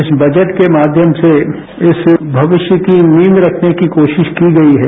इस बजट के माध्यम से भविष्य की नींव रखने की कोशिश की गई है